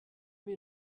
wir